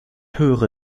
höre